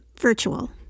virtual